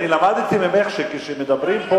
אני למדתי ממך שכאשר מדברים פה,